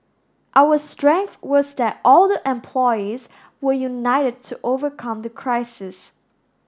our strength was that all the employees were united to overcome the crisis